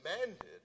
demanded